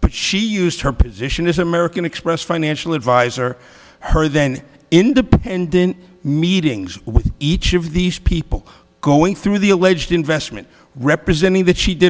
but she used her position as american express financial advisor her then independent meetings with each of these people going through the alleged investment representing that she did